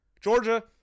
Georgia